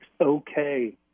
okay